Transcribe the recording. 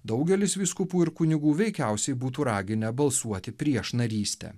daugelis vyskupų ir kunigų veikiausiai būtų raginę balsuoti prieš narystę